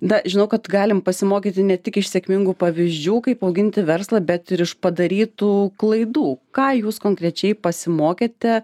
na žinau kad galim pasimokyti ne tik iš sėkmingų pavyzdžių kaip auginti verslą bet ir iš padarytų klaidų ką jūs konkrečiai pasimokėte